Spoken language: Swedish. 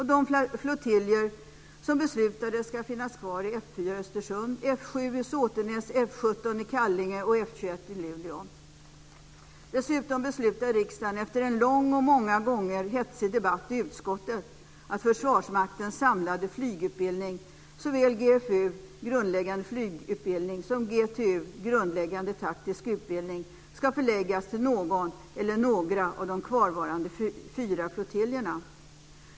De flottiljer som beslutades ska finnas kvar är F 4 i Östersund, F 7 i Såtenäs, F 17 i Kallinge och F 21 i Luleå. Dessutom beslutade riksdagen efter en lång och många gånger hetsig debatt i utskottet att Försvarsmaktens samlade flygutbildning - såväl GFU, grundläggande flygutbildning, som GTU, grundläggande taktisk utbildning - ska förläggas till någon eller några av de kvarvarande fyra flottiljerna.